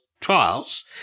trials